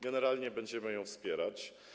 Generalnie będziemy ją popierać.